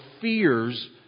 fears